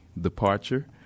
departure